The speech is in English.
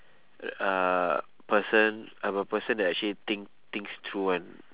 r~ uh person I'm a person that actually think things through [one]